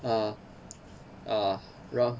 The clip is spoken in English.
uh uh 然